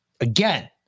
Again